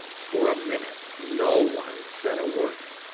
for a minute no one said a word.